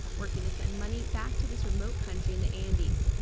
working to send money back to this remote country in the andes.